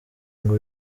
ngo